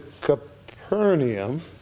Capernaum